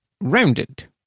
Rounded